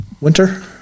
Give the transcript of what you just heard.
winter